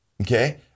Okay